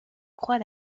croix